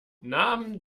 nahm